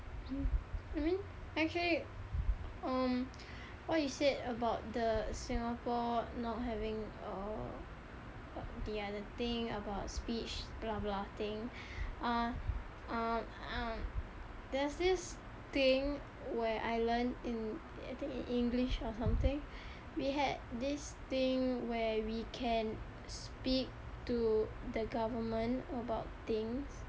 I mean actually um what you said about the singapore not having uh the other thing about speech blah blah thing ah um there's this thing where I learn in I think in english or something we had this thing where we can speak to the government about things